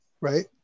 right